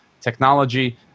technology